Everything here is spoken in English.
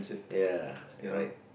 ya you are right